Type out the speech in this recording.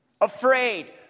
Afraid